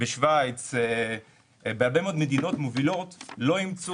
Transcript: שווייץ ובהרבה מאוד מדינות מובילות לא אימצו